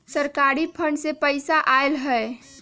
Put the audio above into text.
सरकारी फंड से पईसा आयल ह?